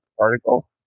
article